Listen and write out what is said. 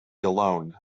alone